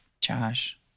Josh